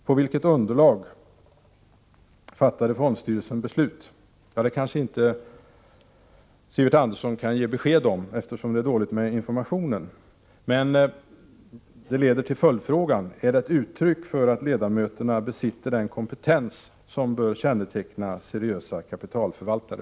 På vilket underlag fattade fondstyrelsen beslut? Ja, det kanske inte Sivert Andersson kan ge besked om, eftersom det är dåligt med information om detta. Men det leder över till en följdfråga: Är detta ett uttryck för att ledamöterna besitter den kompetens som bör känneteckna seriösa kapitalförvaltare?